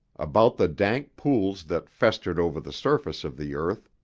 about the dank pools that festered over the surface of the earth,